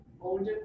older